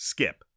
Skip